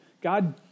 God